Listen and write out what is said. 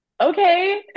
okay